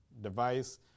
device